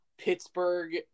Pittsburgh